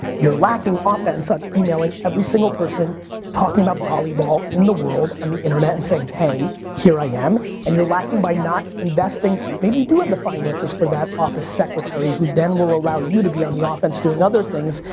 you are lacking offense on e-mailing every single person talking about volleyball in the world on the internet and saying hey here i am and you are lacking by not investing, maybe you have the finances for that office secretary, who then will allow you to be on the offense doing other things,